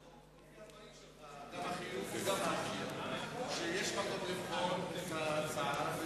מבין, לפי הדברים שלך, שיש מקום לבחון את ההצעה,